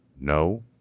No